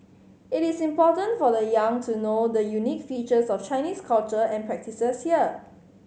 it is important for the young to know the unique features of Chinese culture and the practices here